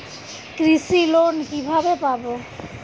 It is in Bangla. কৃষি লোন কিভাবে পাব?